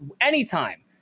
anytime